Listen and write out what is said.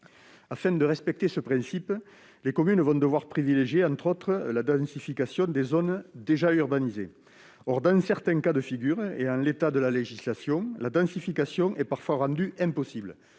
Afin de respecter ce principe, les communes vont devoir privilégier la densification des zones déjà urbanisées. Or, dans certains cas de figure, et en l'état de la législation, la densification est parfois rendue impossible.